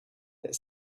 that